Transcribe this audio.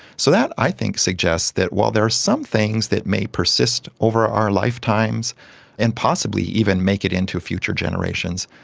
so that i think suggests that while there are some things that may persist over our lifetimes and possibly even make it into future generations,